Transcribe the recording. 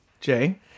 Jay